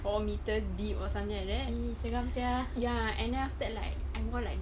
four metres deep or something like that ya and then after that like I wore like